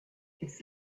its